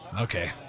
Okay